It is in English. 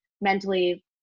mentally